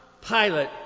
Pilate